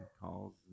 calls